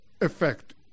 effect